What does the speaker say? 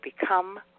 become